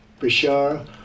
Bashar